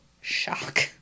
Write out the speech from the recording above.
shock